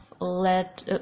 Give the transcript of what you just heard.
let